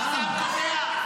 העם קובע.